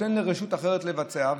נותן לרשות אחרת לבצע,